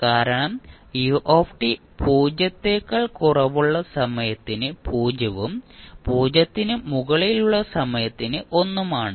കാരണം u പൂജ്യത്തേക്കാൾ കുറവുള്ള സമയത്തിന് 0 ഉം 0 ന് മുകളിലുള്ള സമയത്തിന് 1 ഉം ആണ്